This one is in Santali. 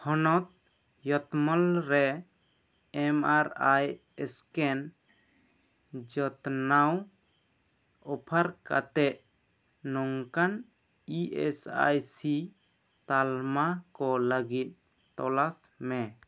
ᱦᱚᱱᱚᱛ ᱭᱚᱛᱢᱚᱞ ᱨᱮ ᱮᱢ ᱟᱨ ᱟᱭ ᱮᱥᱠᱮᱱ ᱡᱚᱛᱱᱟᱣ ᱚᱯᱷᱟᱨ ᱠᱟᱛᱮ ᱱᱚᱝᱠᱟᱱ ᱤ ᱮᱥ ᱟᱭ ᱥᱤ ᱛᱟᱞᱢᱟ ᱠᱚ ᱞᱟᱹᱜᱤᱫ ᱛᱚᱞᱟᱥ ᱢᱮ